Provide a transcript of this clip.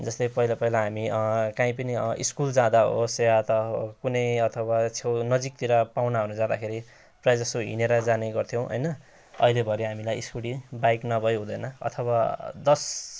जस्तै पहिला पहिला हामी काहीँ पनि स्कुल जाँदा होस् या त कुनै अथवा छेउ नजिकतिर पाहुनाहरू जाँदाखेरि प्रायःजसो हिँडेर जाने गर्थ्यौँ होइन अहिले भरे हामीलाई स्कुटी बाइक नभई हुँदैन अथवा दस